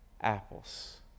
apples